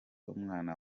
umwana